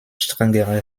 strengere